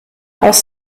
aus